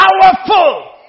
powerful